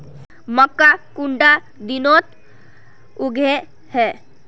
मक्का कुंडा दिनोत उगैहे?